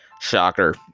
Shocker